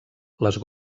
les